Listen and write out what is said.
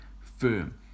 firm